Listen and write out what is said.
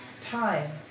time